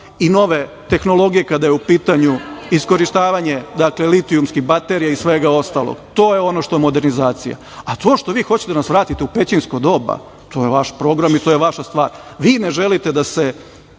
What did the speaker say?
i nove tehnologije kada je u pitanju iskorišćavanje litijumskih baterija i svega ostalog. To je ono što je modernizacija. A to što vi hoćete da nas vratite u pećinsko doba, to je vaš program i to je vaša stvar. Vi ne želite da se